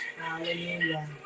Hallelujah